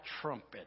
trumpet